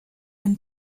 and